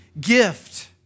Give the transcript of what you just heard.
gift